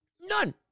None